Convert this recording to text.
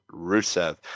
Rusev